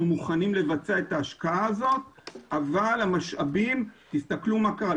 אנחנו מוכנים לבצע את ההשקעה הזאת אבל תסתכלו מה קרה,